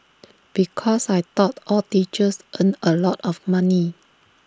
because I thought all teachers earned A lot of money